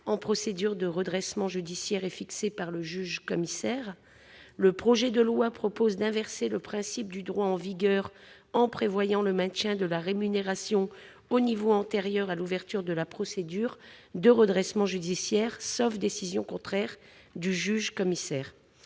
en procédure de redressement judiciaire est fixée par le juge-commissaire. Le projet de loi prévoit d'inverser le principe du droit en vigueur en maintenant la rémunération au niveau antérieur à l'ouverture de la procédure de redressement judiciaire, sauf décision contraire du juge-commissaire.